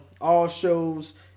all-shows